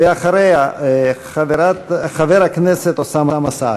אחריה, חבר הכנסת אוסאמה סעדי.